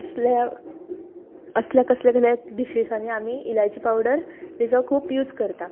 असल्या असल्या कसल्या कसल्या डिशिसांनी आमी इलायची पावडरीचो खूब यूज करता